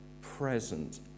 present